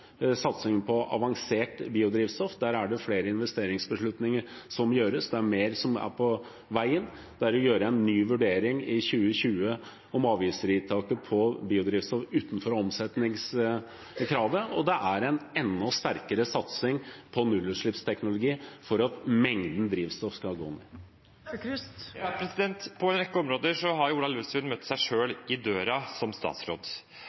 satsingen på avansert biodrivstoff. Der er det flere investeringsbeslutninger som gjøres. Det er mer som er på vei. Det er å gjøre en ny vurdering i 2020 av avgiftsfritaket for biodrivstoff utenfor omsetningskravet, og det er en enda sterkere satsing på nullutslippsteknologi for at mengden drivstoff skal gå ned. Åsmund Aukrust – til oppfølgingsspørsmål. På en rekke områder har Ola Elvestuen møtt seg selv i døren som statsråd.